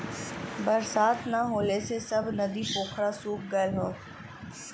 बरसात ना होले से सब नदी पोखरा सूख गयल हौ